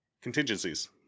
contingencies